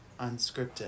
unscripted